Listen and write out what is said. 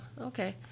Okay